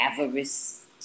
avarice